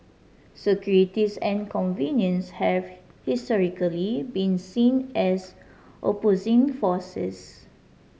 securities and convenience have historically been seen as opposing forces